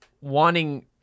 wanting